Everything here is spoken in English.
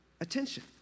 attention